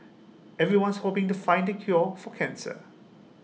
everyone's hoping to find the cure for cancer